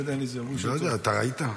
לא יודע, אתה ראית?